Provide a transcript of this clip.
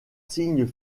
signes